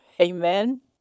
Amen